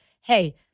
Hey